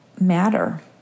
matter